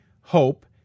Hope